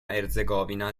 erzegovina